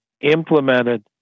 implemented